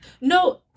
no